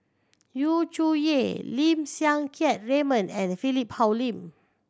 Yu Zhuye Lim Siang Keat Raymond and Philip Hoalim